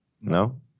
No